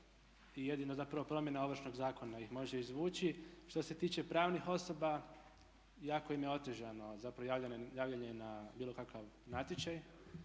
zapravo promjena Ovršnog zakona ih može izvući. Što se tiče pravnih osoba, jako im je otežano zapravo javljanje na bilo kakav natječaj